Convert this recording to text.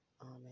Amen